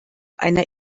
einer